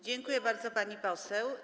Dziękuję bardzo, pani poseł.